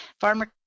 farmer